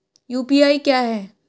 UPI क्या है?